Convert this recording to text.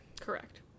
Correct